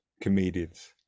comedians